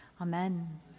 amen